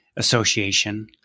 Association